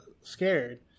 scared